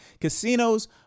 Casinos